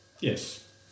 Yes